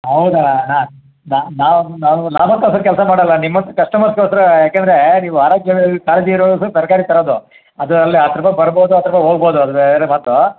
ಹೌದಣ ಅಣ್ಣ ನಾವು ನಾವು ನಮಗೋಸ್ಕರ ಕೆಲಸ ಮಾಡೋಲ್ಲ ನಿಮ್ಮಂಥ ಕಸ್ಟಮರ್ಸ್ಗೋಸ್ಕರ ಯಾಕೆಂದರೆ ನೀವು ಆರೋಗ್ಯದಲ್ಲಿ ಕಾಳಜಿ ಇರೋರು ತರಕಾರಿ ತರೋದು ಅದರಲ್ಲಿ ಹತ್ತು ರೂಪಾಯಿ ಬರ್ಬೋದು ಹತ್ತು ರೂಪಾಯಿ ಹೋಗ್ಬೋದು ಅದು ಬೇರೆ ಮಾತು